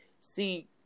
see